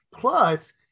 Plus